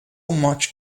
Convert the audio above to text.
much